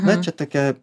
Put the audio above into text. na čia tokia